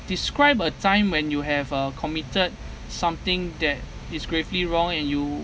describe a time when you have uh committed something that is gravely wrong and you